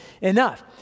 enough